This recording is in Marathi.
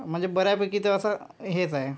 म्हणजे बऱ्यापैकी तर असं हेच आहे